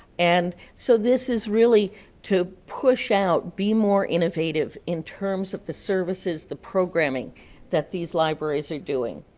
and so this is really to push out, be more initiative in terms of the services, the programming that these libraries are doing.